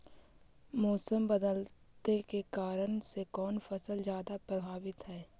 मोसम बदलते के कारन से कोन फसल ज्यादा प्रभाबीत हय?